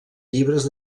llibres